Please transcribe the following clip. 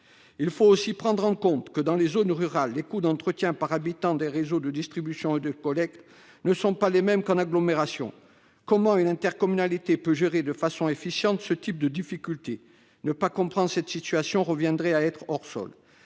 Il faut tenir compte du fait que, dans les zones rurales, les coûts d'entretien par habitant des réseaux de distribution et de collecte ne sont pas les mêmes que dans les agglomérations. Comment une intercommunalité peut-elle gérer de façon efficiente ce type de difficultés ? Ne pas comprendre cette situation reviendrait à être hors-sol.